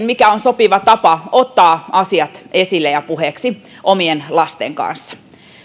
mikä on sopiva tapa ottaa asiat esille ja puheeksi omien lasten kanssa